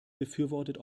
befürwortet